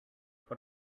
what